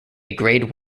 grade